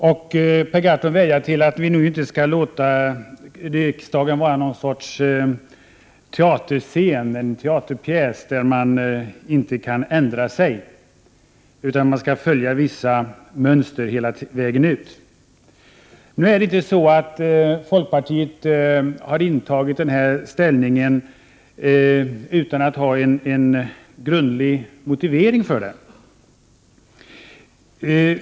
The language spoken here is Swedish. Per Gahrton vädjar att vi inte skall låta riksdagen vara en teaterpjäs där man inte kan ändra sig utan måste följa vissa mönster hela vägen ut, så att säga. Nu har inte folkpartiet intagit den här ställningen utan att ha en grundlig motivering för den.